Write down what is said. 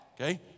Okay